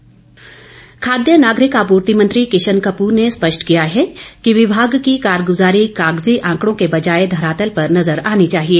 किशन कप्र खाद्य नागरिक आपूर्ति मंत्री किशन कपूर ने स्पष्ट किया है कि विभाग की कारगुजारी कागजी आंकड़ों के बजाए धरातल पर नजर आनी चाहिए